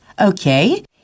Okay